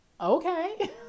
okay